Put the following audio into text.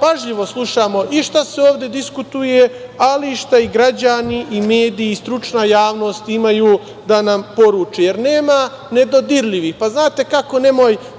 pažljivo slušamo i šta se ovde diskutuje, ali i šta građani i mediji i stručna javnost imaju da nam poruče, jer nema nedodirljivih. Znate kako, nemoj